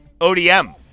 ODM